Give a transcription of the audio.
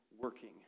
working